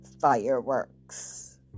fireworks